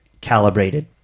calibrated